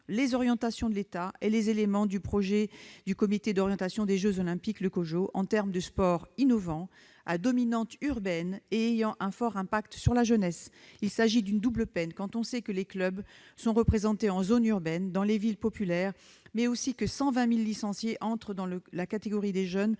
les orientations de l'État et les éléments du projet du Comité d'orientation des jeux Olympiques (COJO). Il s'agit d'un sport innovant, à dominante urbaine et ayant un fort impact sur la jeunesse. La décision du CIO constitue une double peine, sachant que les clubs sont représentés en zone urbaine, dans les villes populaires, mais aussi que 120 000 licenciés entrent dans la catégorie des jeunes